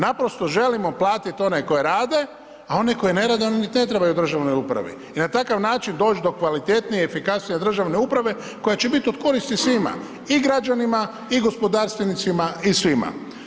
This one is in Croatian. Naprosto želimo platiti one koji rade, a oni koji ne rade niti ne trebaju u državnoj upravi i na takav način doći do kvalitetnije, efikasnije državne uprave koja će biti od koristi svima i građanima i gospodarstvenicima i svima.